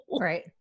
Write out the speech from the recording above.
right